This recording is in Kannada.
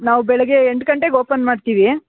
ನಾವು ಬೆಳಗ್ಗೆ ಎಂಟು ಗಂಟೆಗೆ ಓಪನ್ ಮಾಡ್ತೀವಿ